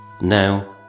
Now